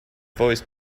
voice